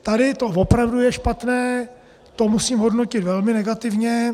Tady to opravdu je špatné, to musím hodnotit velmi negativně.